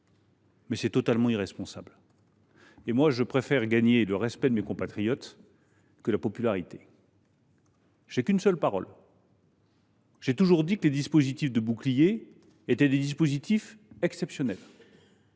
mais c’est totalement irresponsable. Je préfère pour ma part gagner le respect de mes compatriotes plutôt que de la popularité. Je n’ai qu’une seule parole. J’ai toujours dit que les dispositifs de bouclier étaient des dispositifs exceptionnels.